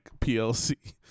PLC